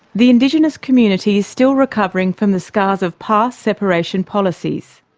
the indigenous community is still recovering from the scars of past separation policies.